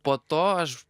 po to aš